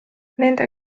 nende